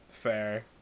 Fair